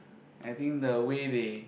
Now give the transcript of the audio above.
I think the way they